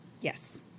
Yes